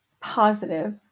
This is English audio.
positive